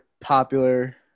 popular –